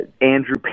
Andrew